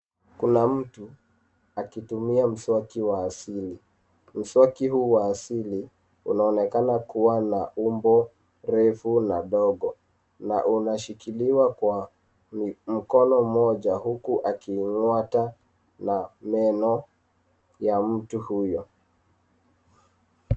Kuna mtu akitumia mswaki wa asili. Mswaki huu wa asili unaonekana kuwa na umbo refu na ndogo na unashikiliwa kwa mkono mmoja huku yaking'ata meno ya mtu huyo.